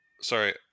Sorry